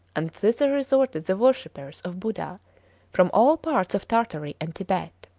and thither resorted the worshippers of buddha from all parts of tartary and tibet.